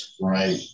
right